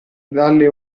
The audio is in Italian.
dalle